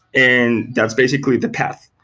and that's basically the path.